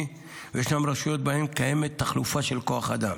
וישנן רשויות שבהן קיימת תחלופה של כוח אדם.